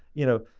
you know,